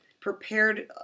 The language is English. prepared